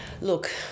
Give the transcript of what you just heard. look